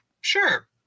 Sure